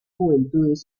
juventudes